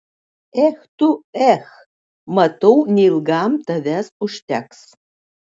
ech tu ech matau neilgam tavęs užteks